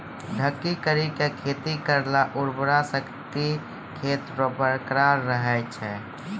ढकी करी के खेती करला उर्वरा शक्ति खेत रो बरकरार रहे छै